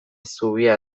zubia